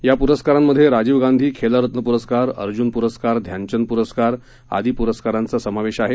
या प्रस्कारांमधे राजीव गांधी खेलरत्न प्रस्कार अर्जून प्रस्कार ध्यानचंद प्रस्कार आदी प्रस्कारांचा समावेश आहे